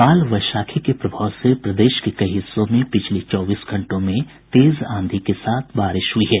काल वैशाखी के प्रभाव से प्रदेश के कई हिस्सों में पिछले चौबीस घंटों में तेज आंधी के साथ बारिश हुई है